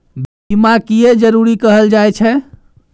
बीमा किये जरूरी कहल जाय छै?